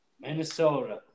Minnesota